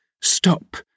Stop